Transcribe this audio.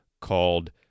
called